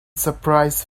surprise